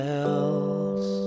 else